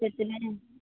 ସେଥିପାଇଁ